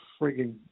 freaking